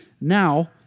Now